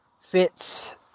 fits